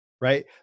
right